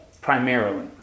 Primarily